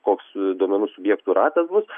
koks duomenų subjektų ratas bus